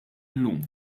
llum